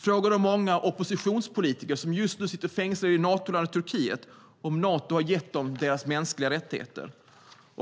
Fråga de många oppositionspolitiker som just nu sitter fängslade i Natolandet Turkiet om Nato har gett dem deras mänskliga rättigheter.